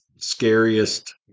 scariest